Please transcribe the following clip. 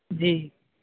ਜੀ